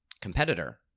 competitor